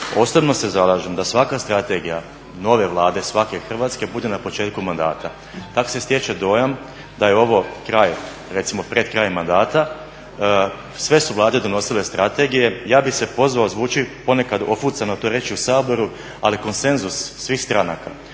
Osobno se zalažem da svaka strategija nove vlade, svake hrvatske bude na početku mandata. Tako se stječe dojam da je ovo recimo pred kraj mandata, sve su vlade donosile strategije ja bih se pozvao zvuči ponekad ofucano to reći u Saboru ali konsenzus svih stranaka